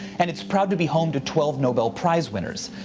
and it's proud to be home to twelve nobel prize winners,